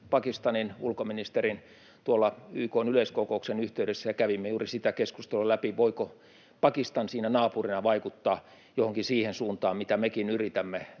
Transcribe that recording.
Pakistanin ulkoministerin tuolla YK:n yleiskokouksen yhteydessä, ja kävimme läpi juuri sitä keskustelua, voiko Pakistan siinä naapurina vaikuttaa tähän Taleban-hallintoon johonkin siihen suuntaan, mitä mekin yritämme,